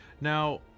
Now